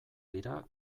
dira